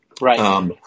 Right